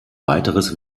weiteres